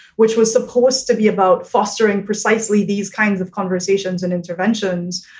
which was supposed to be about fostering precisely these kinds of conversations and interventions,